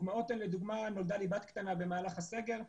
לדוגמה נולדה לי בת קטנה במהלך הסגר -- מזל-טוב.